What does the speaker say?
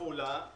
בעפולה,